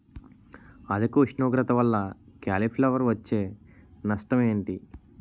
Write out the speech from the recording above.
అధిక ఉష్ణోగ్రత వల్ల కాలీఫ్లవర్ వచ్చే నష్టం ఏంటి?